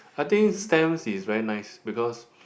I think stamps is very nice because